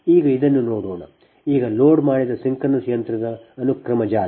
ಈಗ ಇದನ್ನು ನೋಡೋಣ ಈಗ ಲೋಡ್ ಮಾಡಿದ ಸಿಂಕ್ರೊನಸ್ ಯಂತ್ರದ ಅನುಕ್ರಮ ಜಾಲ